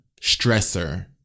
stressor